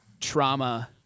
trauma